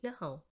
now